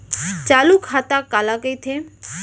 चालू खाता काला कहिथे?